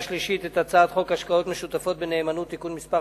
שלישית את הצעת חוק השקעות משותפות בנאמנות (תיקון מס'